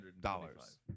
Dollars